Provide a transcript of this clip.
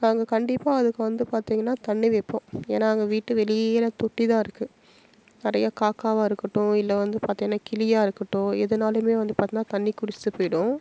நாங்கள் கண்டிப்பாக அதுக்கு வந்து பார்த்தீங்கன்னா தண்ணி வைப்போம் ஏனால் எங்கள் வீட்டு வெளியில் தொட்டிதான் இருக்குது நிறைய காக்காயா இருக்கட்டும் இல்லை வந்து பார்த்திங்கன்னா கிளியாக இருக்கட்டும் எதுனாலுமே வந்து பார்த்தின்னா தண்ணி குடிச்சுட்டு போயிடும்